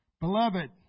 Beloved